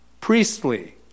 priestly